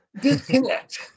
disconnect